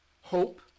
Hope